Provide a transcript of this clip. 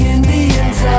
Indian's